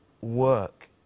work